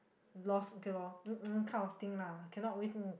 loss okay loh um that kind of thing lah cannot always